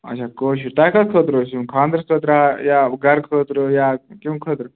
اچھا کٲشِر تۄہہِ کَتھ خٲطرٕ ٲسوٕ یِم خانٛدرَس خٲطرٕ یا گَرٕ خٲطرٕ یا کمہِ خٲطرٕ